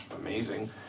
amazing